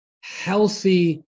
healthy